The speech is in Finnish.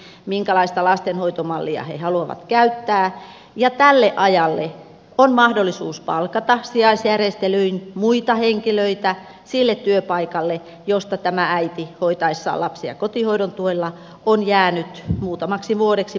perheet päättävät perhekohtaisesti minkälaista lastenhoitomallia ne haluavat käyttää ja tälle ajalle on mahdollisuus palkata sijaisjärjestelyin muita henkilöitä sille työpaikalle josta tämä äiti hoitaessaan lapsia kotihoidon tuella on jäänyt muutamaksi vuodeksi pois